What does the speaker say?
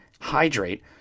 hydrate